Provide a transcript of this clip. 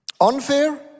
Unfair